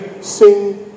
sing